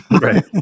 right